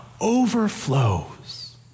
overflows